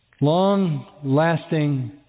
long-lasting